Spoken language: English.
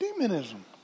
Demonism